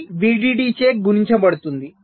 C VDD చే గుణించబడుతుంది